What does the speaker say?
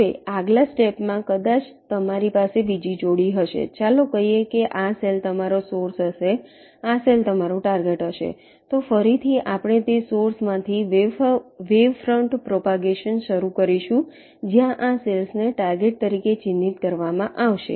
હવે આગલા સ્ટેપ માં કદાચ તમારી પાસે બીજી જોડી હશે ચાલો કહીએ કે આ સેલ તમારોસોર્સ હશે આ સેલ તમારું ટાર્ગેટ હશે તો ફરીથી આપણે તે સોર્સ માંથી વેવ ફ્રન્ટ પ્રોપાગેશન શરૂ કરીશું જ્યાં આ સેલ્સ ને ટાર્ગેટ તરીકે ચિહ્નિત કરવામાં આવશે